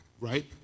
Right